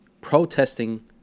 protesting